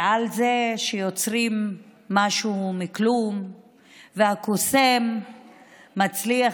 על זה שיוצרים משהו מכלום והקוסם מצליח